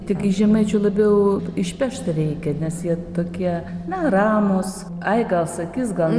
tik iš žemaičių labiau išpešti reikia nes jie tokie na ramūs ai gal sakys gal